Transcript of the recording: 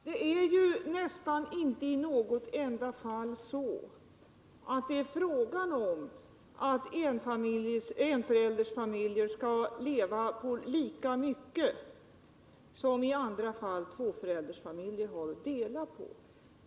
Herr talman! Men, Kerstin Ekman, det är ju knappast i något enda fall fråga om att en enföräldersfamilj skall leva på lika mycket som en tvåföräldersfamilj har att dela på.